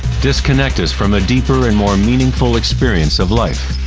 disconnect us from a deeper and more meaningful experience of life?